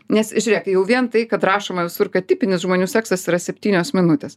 nes žiūrėk jau vien tai kad rašoma visur kad tipinis žmonių seksas yra septynios minutės